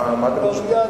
מה אתם חושבים?